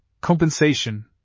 compensation